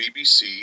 BBC